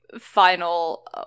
final